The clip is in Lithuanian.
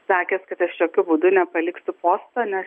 sakęs kad aš jokiu būdu nepaliksiu posto nes